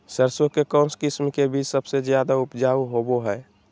सरसों के कौन किस्म के बीच सबसे ज्यादा उपजाऊ होबो हय?